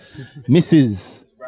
Mrs